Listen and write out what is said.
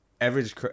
Average